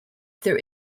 there